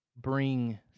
Bring